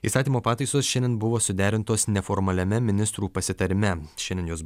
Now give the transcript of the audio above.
įstatymo pataisos šiandien buvo suderintos neformaliame ministrų pasitarime šiandien jos